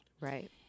Right